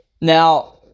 Now